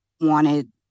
wanted